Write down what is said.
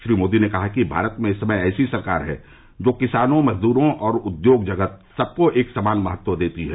श्री मोदी ने कहा कि भारत में इस समय ऐसी सरकार है जो किसानों मजदूरों और उद्योग जगत सबको एक समान महत्व देती है